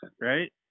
right